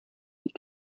die